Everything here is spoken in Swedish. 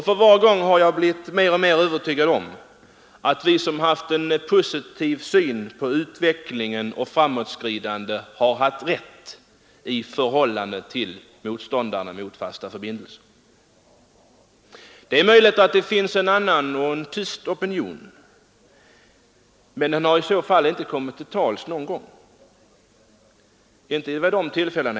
För varje gång har jag blivit mer och mer övertygad om att vi som har en positiv syn på utvecklingen och framåtskridandet har rätt och att motståndarna till fasta förbindelser har fel. Det är möjligt att det finns en annan och tyst opinion, men den har i så fall inte kommit till tals någon gång vid dessa tillfällen.